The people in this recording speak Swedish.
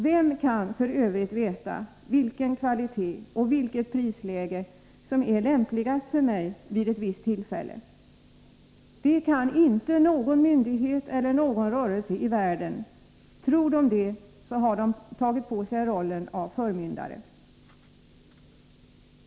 Vem kan f. ö. veta vilken kvalitet och vilket prisläge som är lämpligast för mig vid ett visst tillfälle? Det kan inte någon myndighet eller någon rörelse i världen. Tror den det, har den tagit på sig rollen av förmyndare.